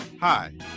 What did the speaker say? Hi